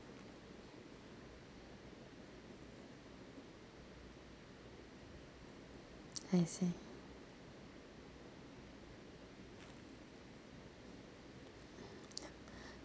I see